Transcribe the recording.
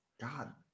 God